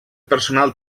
personal